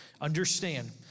Understand